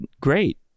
great